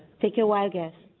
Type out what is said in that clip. ticket wagon